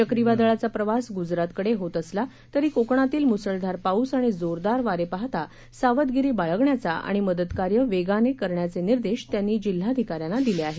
चक्रीवादळाचा प्रवास गुजरातकडे होत असला तरी कोकणातील मुसळधार पाऊस आणि जोरदार वारे पाहता सावधगिरी बाळगण्याचा आणि मदत कार्य वेगानं करण्याचे निर्देश त्यांनी जिल्हाधिकाऱ्यांना दिले आहेत